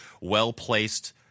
well-placed